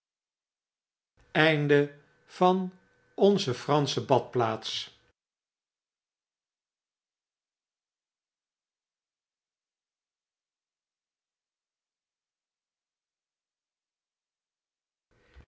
van onze fransche badplaats